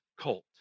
colt